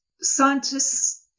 scientists